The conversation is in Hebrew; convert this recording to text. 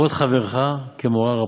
וכבוד חברך כמורא רבך,